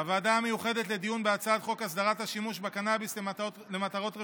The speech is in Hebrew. בוועדה המיוחדת לדיון בהצעת חוק הסדרת השימוש בקנביס למטרות רפואיות,